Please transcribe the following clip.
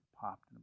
popped